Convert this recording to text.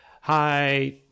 Hi